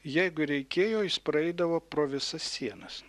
jeigu reikėjo jis praeidavo pro visas sienas